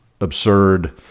absurd